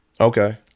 Okay